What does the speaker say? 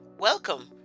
Welcome